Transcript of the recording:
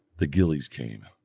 the gillies came,